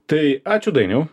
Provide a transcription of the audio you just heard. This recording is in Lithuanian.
tai ačiū dainiau